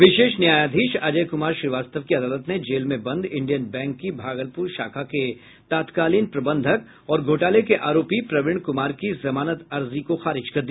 विशेष न्यायाधीश अजय कुमार श्रीवास्तव की अदालत ने जेल में बंद इंडियन बैंक की भागलपुर शाखा के तत्कालीन प्रबंधक और घोटाले के आरोपी प्रवीण कुमार की जमानत अर्जी को खारिज कर दिया